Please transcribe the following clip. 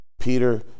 Peter